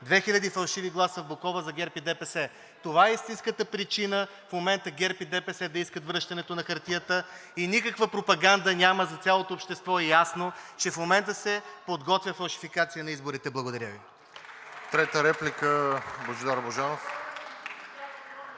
фалшиви гласа в Буковлък за ГЕРБ и ДПС. Това е истинската причина в момента ГЕРБ и ДПС да искат връщането на хартията и няма никаква пропаганда. За цялото общество е ясно, че в момента се подготвя фалшификация на изборите. Благодаря Ви. (Ръкопляскания от